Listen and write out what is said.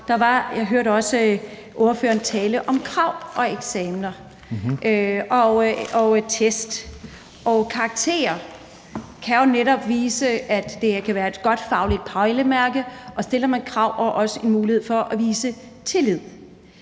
sige, at jeg hørte ordføreren tale om krav og eksamener og test, og karakterer kan jo netop være et godt fagligt pejlemærke i forbindelse med at stille krav og en mulighed for at vise tillid.